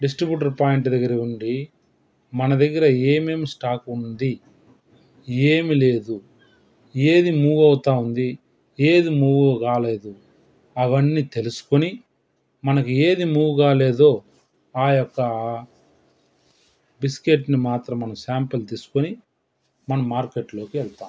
distributor point దగ్గర ఉండి మన దగ్గర ఏమేం స్టాక్ ఉంది ఏమి లేదు ఏది మూవ్ అవుతోంది ఏది మూవ్ కాలేదు అవన్నీ తెలుసుకుని మనకి ఏది మూవ్ కాలేదు ఆ యొక్క బిస్కెట్ని మాత్రం మనం శాంపుల్ తీస్కొని మనం మార్కెట్లోకి వెళ్తాం